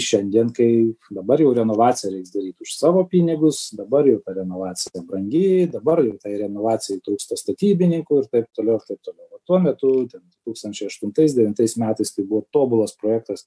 šiandien kai dabar jau renovaciją reiks daryt už savo pinigus dabar jau ta renovacija brangi dabar jau tai renovacijai trūksta statybininkų ir taip toliau ir taip toliau tuo metu ten du tūkstančiai aštuntais devintais metais tai buvo tobulas projektas